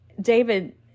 David